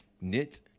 knit